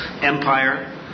Empire